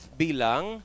bilang